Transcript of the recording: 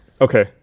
okay